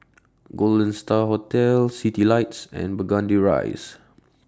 Golden STAR Hotel Citylights and Burgundy Rise